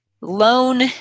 loan